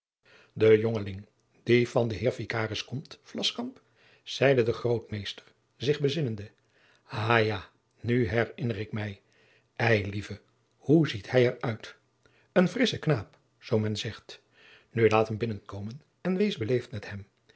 de jongeling die van den heer vicaris komt vlascamp zeide de grootmeester zich bezinnende ha ja nu herinner ik mij eilieve hoe ziet hij er uit een frissche knaap zoo men zegt nu laat hem binnenkomen en wees beleefd met hem